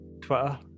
Twitter